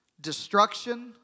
destruction